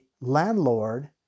landlord